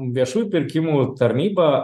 viešųjų pirkimų tarnyba